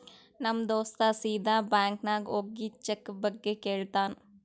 ನಮ್ ದೋಸ್ತ ಸೀದಾ ಬ್ಯಾಂಕ್ ನಾಗ್ ಹೋಗಿ ಚೆಕ್ ಬಗ್ಗೆ ಕೇಳ್ತಾನ್